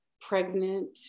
pregnant